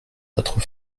notre